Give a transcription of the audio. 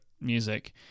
music